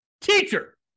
teacher